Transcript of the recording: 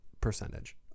percentage